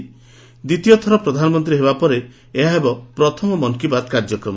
ଦିତୀୟଥର ପ୍ରଧାନମନ୍ତୀ ହେବା ପରେ ଏହା ହେବ ପ୍ରଥମ ମନ୍ କି ବାତ୍ କାର୍ଯ୍ୟକ୍ରମ